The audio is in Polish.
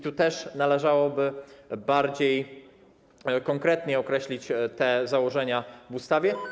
Tu też należałoby bardziej konkretnie określić te założenia w ustawie.